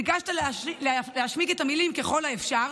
ביקשת להשמיט את המילים "ככל האפשר",